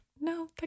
no